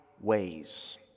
ways